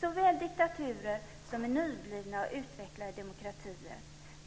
såväl i diktaturer som i nyblivna och utvecklade demokratier.